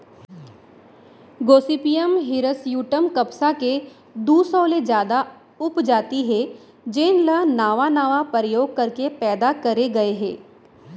Gossypium हिरस्यूटॅम कपसा के दू सौ ले जादा उपजाति हे जेन ल नावा नावा परयोग करके पैदा करे गए हे